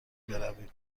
برویم